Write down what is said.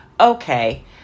Okay